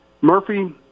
Murphy